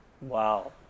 Wow